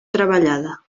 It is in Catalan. treballada